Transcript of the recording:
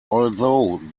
although